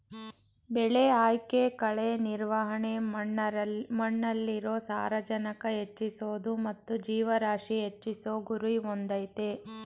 ಬೆಳೆ ಆಯ್ಕೆ ಕಳೆ ನಿರ್ವಹಣೆ ಮಣ್ಣಲ್ಲಿರೊ ಸಾರಜನಕ ಹೆಚ್ಚಿಸೋದು ಮತ್ತು ಜೀವರಾಶಿ ಹೆಚ್ಚಿಸೋ ಗುರಿ ಹೊಂದಯ್ತೆ